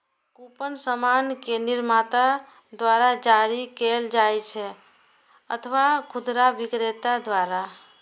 coupon सामान के निर्माता द्वारा जारी कैल जाइ छै अथवा खुदरा बिक्रेता द्वारा